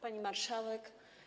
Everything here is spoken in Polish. Pani Marszałek!